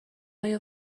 آیا